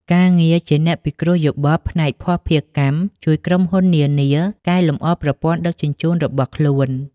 ការងារជាអ្នកពិគ្រោះយោបល់ផ្នែកភស្តុភារកម្ម ជួយក្រុមហ៊ុននានាកែលម្អប្រព័ន្ធដឹកជញ្ជូនរបស់ខ្លួន។